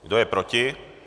Kdo je proti?